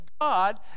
God